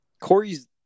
Corey's